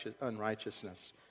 unrighteousness